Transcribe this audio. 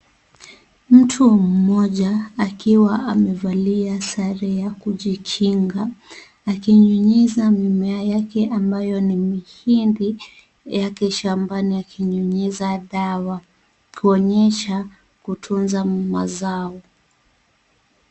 Mtu mmoja akiwa amevalia sare ya kujikinga; akinyunyiza mimea yake ambayo ni mihindi yake shambani akinyunyiza dawa kuonyesha kutunza mazao.